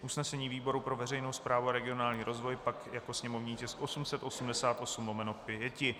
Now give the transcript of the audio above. Usnesení výboru pro veřejnou správu a regionální rozvoj pak jako sněmovní tisk 888/5.